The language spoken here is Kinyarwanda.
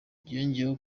yongeyeho